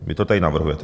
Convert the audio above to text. Vy to tady navrhujete.